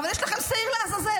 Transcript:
אבל יש לכם שעיר לעזאזל,